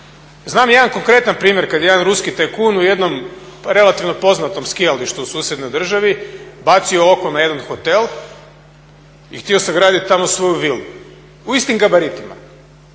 Znam jedan konkretan primjer kad jedan ruski tajkun u jednom pa relativno poznatom skijalištu u susjednoj državi bacio oko na jedan hotel i htio sagraditi tamo svoju vilu u istim gabaritima.